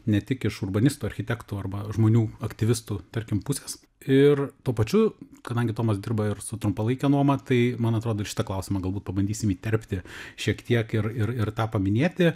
ne tik iš urbanistų architektų arba žmonių aktyvistų tarkim pusės ir tuo pačiu kadangi tomas dirba ir su trumpalaike nuoma tai man atrodo į šitą klausimą galbūt pabandysim įterpti šiek tiek ir ir ir tą paminėti